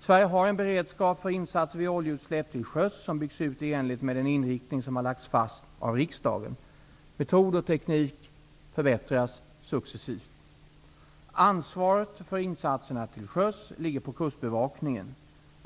Sverige har en beredskap för insatser vid oljeutsläpp till sjöss, som byggts ut i enlighet med den inriktning som har lagts fast av riksdagen. Metod och teknik har förbättrats successivt. Ansvaret för insatserna till sjöss ligger på Kustbevakningen.